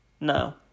No